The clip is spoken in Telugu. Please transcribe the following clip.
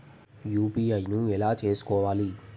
యూ.పీ.ఐ ను ఎలా చేస్కోవాలి?